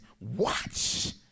watch